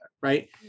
right